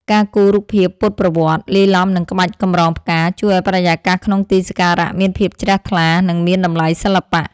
ការគូរ រូបភាពពុទ្ធប្រវត្តិ លាយឡំនឹងក្បាច់កម្រងផ្កា ជួយឱ្យបរិយាកាសក្នុងទីសក្ការៈមានភាពជ្រះថ្លា និងមានតម្លៃសិល្បៈ។